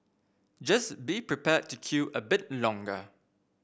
just be prepared to queue a bit longer